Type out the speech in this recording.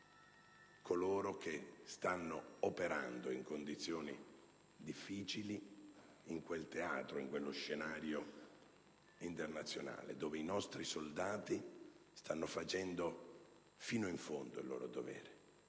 coloro che stanno operando in condizioni difficili in quello scenario internazionale dove i nostri soldati stanno facendo fino in fondo il loro dovere